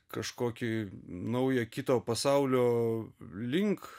kažkokį naują kito pasaulio link